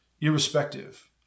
irrespective